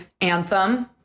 anthem